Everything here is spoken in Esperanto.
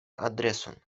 adreson